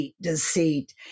deceit